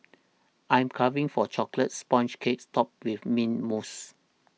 I'm carving for Chocolate Sponge Cake Topped with Mint Mousse